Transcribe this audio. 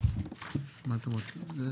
תגידי